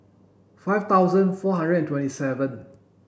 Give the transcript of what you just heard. five thousand four hundred and twenty seven